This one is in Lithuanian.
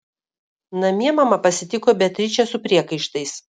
namie mama pasitiko beatričę su priekaištais